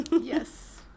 Yes